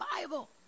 Bible